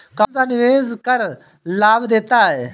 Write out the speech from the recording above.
कौनसा निवेश कर लाभ देता है?